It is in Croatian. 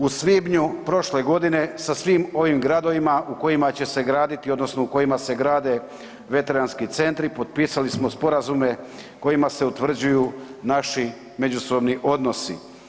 U svibnju prošle godine sa svim ovim gradovima u kojima će se graditi odnosno u kojima se grade veteranski centri, potpisali smo sporazume kojima se utvrđuju naši međusobni odnosi.